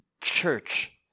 church